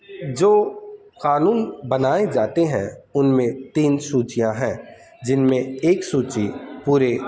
جو قانون بنائے جاتے ہیں ان میں تین سوچیاں ہیں جن میں ایک سوچی پورے